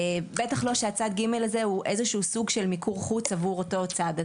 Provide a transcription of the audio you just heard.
בטח לא שצד ג' הזה הוא איזה שהוא סוג של מיקור חוץ עבור אותו צד.